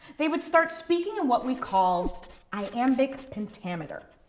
they would start speaking in what we call iambic pentameter.